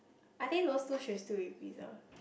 I think those two should still be preserved